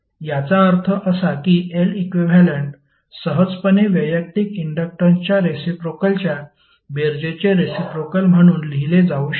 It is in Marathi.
याचा अर्थ असा की L इक्विव्हॅलेंट सहजपणे वैयक्तिक इन्डक्टन्सच्या रेसिप्रोकेलच्या बेरजेचे रेसिप्रोकेल म्हणून लिहिले जाऊ शकते